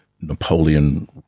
Napoleon